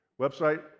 Website